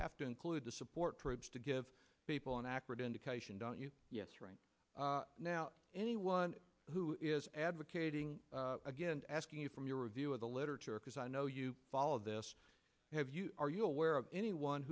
have to include the support troops to give well an accurate indication don't you yes right now anyone who is advocating again asking you from your review of the literature because i know you followed this have you are you aware of anyone